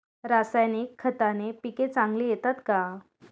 रासायनिक खताने पिके चांगली येतात का?